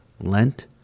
Lent